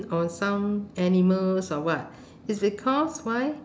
on some animals or what is because why